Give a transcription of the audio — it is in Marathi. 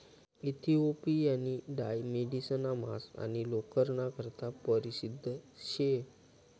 इथिओपियानी डाय मेढिसना मांस आणि लोकरना करता परशिद्ध शे